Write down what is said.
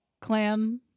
Clan